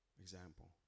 Example